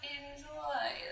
enjoy